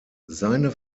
seine